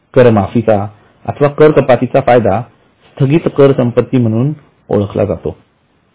कर माफीचा किंवा कर कपातीचा फायदा स्थगित कर संपत्ती म्हणून ओळखली जाते